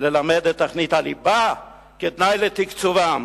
ללמד את תוכנית הליבה כתנאי לתקצובם.